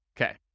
Okay